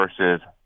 versus